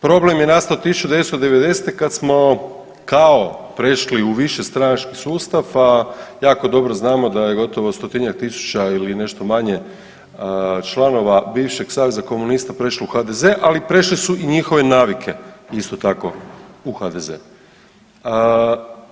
Problem je nastao 1990. kada smo kao prešli u višestranački sustav, a jako dobro znamo da je gotovo 100-njak tisuća ili nešto manje članova bivšeg Saveza komunista prešlo u HDZ-e, ali prešle su i njihove navike isto tako u HDZ-e.